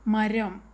മരം